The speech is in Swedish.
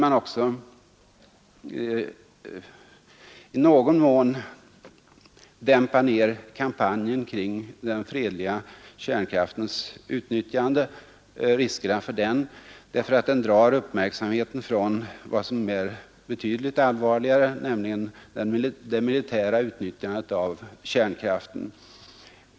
Jag är tveksam till en kampanj som enbart koncentreras kring riskerna med kärnkraftens fredliga utnyttjande. Den drar uppmärksamheten från något som är betydligt allvarligare, nämligen det militära utnyttjandet av kärnkraften.